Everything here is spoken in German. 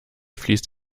fließt